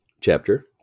Chapter